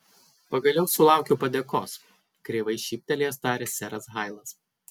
pagaliau sulaukiau padėkos kreivai šyptelėjęs tarė seras hailas